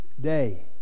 day